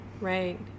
Right